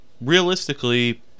realistically